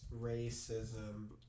racism